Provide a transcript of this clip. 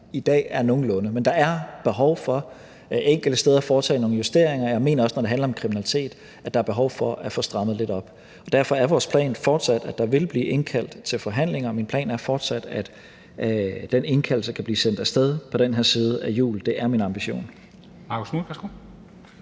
i dag er nogenlunde, men der er enkelte steder behov for at foretage nogle justeringer, og jeg mener også, at når det handler om kriminalitet, er der behov for at få strammet lidt op. Derfor er vores plan fortsat, at der vil blive indkaldt til forhandlinger, og min plan er fortsat, at den indkaldelse kan blive sendt af sted på den her side af jul. Det er min ambition.